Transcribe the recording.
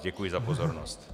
Děkuji za pozornost.